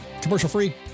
commercial-free